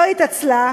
לא התעצלה,